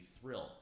thrilled